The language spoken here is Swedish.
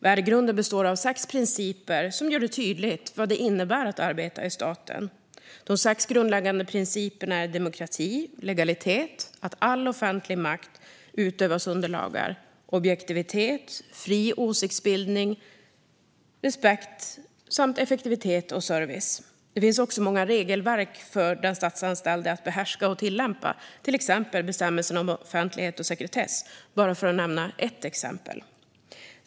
Värdegrunden består av sex principer som gör det tydligt vad det innebär att arbeta i staten. De sex grundläggande principerna är demokrati, legalitet - att all offentlig makt utövas under lagar - objektivitet, fri åsiktsbildning, respekt samt effektivitet och service. Det finns också många regelverk för den statsanställde att behärska och tillämpa, till exempel bestämmelserna om offentlighet och sekretess.